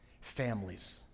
Families